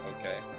Okay